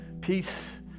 peace